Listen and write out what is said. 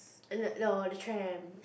err no the tram